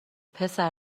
پسر